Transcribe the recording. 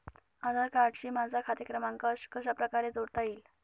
आधार कार्डशी माझा खाते क्रमांक कशाप्रकारे जोडता येईल?